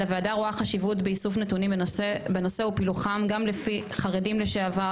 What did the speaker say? הוועדה רואה חשיבות באיסוף נתונים בנושא ופילוחם גם לפי חרדים לשעבר,